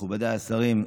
מכובדיי השרים,